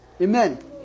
amen